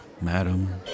madam